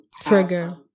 trigger